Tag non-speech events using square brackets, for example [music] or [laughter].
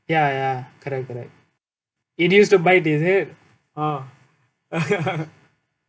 ya ya correct correct it used to bite is it oh [laughs]